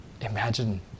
imagine